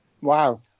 Wow